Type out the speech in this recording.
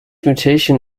mutation